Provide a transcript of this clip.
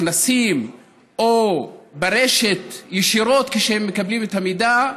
בכנסים או ברשת ישירות, כשהם מקבלים את המידע,